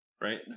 Right